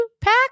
pack